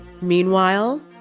Meanwhile